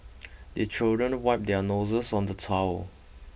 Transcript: the children wipe their noses on the towel